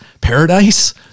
paradise